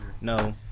no